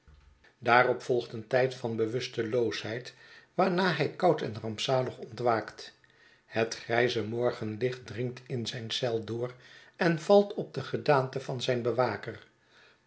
daarop volgt een tijd van bewusteloosheid waarna hij koud en rampzalig ontwaakt het grijze morgenlicht dringt in zijn eel door en valt op de gedaante van zijn bewaker